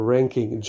Ranking